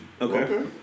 Okay